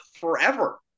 forever